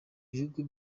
ibihugu